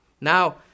Now